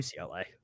UCLA